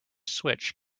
switch